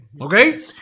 Okay